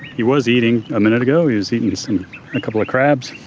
he was eating a minute ago, he was eating a couple of crabs,